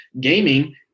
gaming